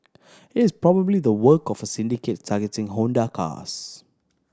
it is probably the work of a syndicate targeting Honda cars